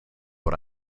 what